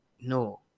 no